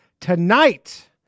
tonight